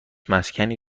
مسکنی